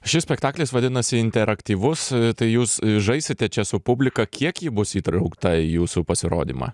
šis spektaklis vadinasi interaktyvus tai jūs žaisite čia su publika kiek ji bus įtraukta į jūsų pasirodymą